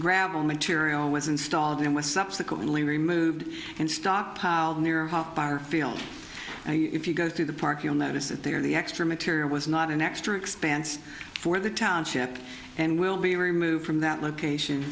gravel material was installed and was subsequently removed and stockpiled near field and if you go through the park you'll notice that they are the extra material was not an extra expense for the township and will be removed from that location